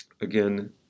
again